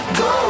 go